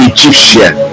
Egyptian